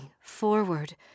forward